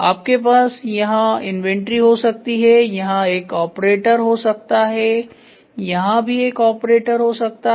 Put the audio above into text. आपके पास यहां इन्वेंटरी हो सकती है यहां एक ऑपरेटर हो सकता है यहां भी एक ऑपरेटर हो सकता है